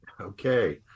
Okay